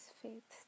faith